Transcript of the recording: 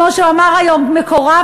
כמו שאמר היום מקורב,